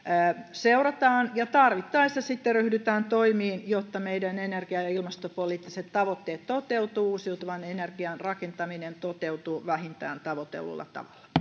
seurataan ja tarvittaessa ryhdytään toimiin jotta meidän energia ja ilmastopoliittiset tavoitteet toteutuvat ja uusiutuvan energian rakentaminen toteutuu vähintään tavoitellulla